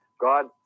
God